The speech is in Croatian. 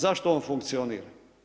Zašto on funkcionira?